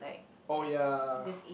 oh ya